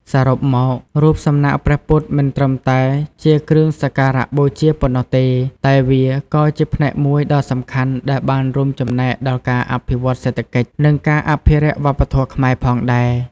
សរុបមក រូបសំណាកព្រះពុទ្ធមិនត្រឹមតែជាគ្រឿងសក្ការៈបូជាប៉ុណ្ណោះទេ តែវាក៏ជាផ្នែកមួយដ៏សំខាន់ដែលបានរួមចំណែកដល់ការអភិវឌ្ឍសេដ្ឋកិច្ច និងការអភិរក្សវប្បធម៌ខ្មែរផងដែរ។